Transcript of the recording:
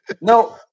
No